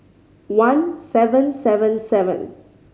one seven seven seven